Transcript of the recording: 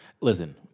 Listen